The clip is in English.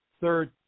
third